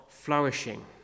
Flourishing